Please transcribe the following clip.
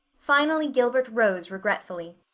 finally gilbert rose regretfully.